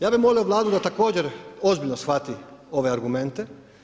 Ja bih molio Vladu da također ozbiljno shvati ove argumente.